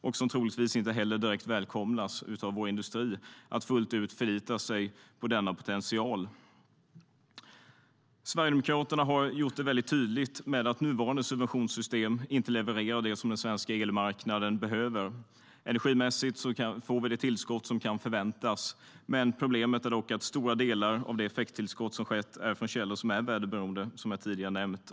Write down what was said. Det välkomnas troligtvis inte heller direkt av vår industri att fullt ut behöva förlita sig på denna potential. Sverigedemokraterna har gjort det tydligt att nuvarande subventionssystem inte levererar det som den svenska elmarknaden behöver. Energimässigt får vi det tillskott som kan förväntas, men problemet är att stora delar av det effekttillskott som skett är från källor som är väderberoende, vilket jag tidigare nämnt.